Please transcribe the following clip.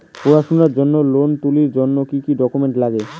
পড়াশুনার জন্যে লোন তুলির জন্যে কি কি ডকুমেন্টস নাগে?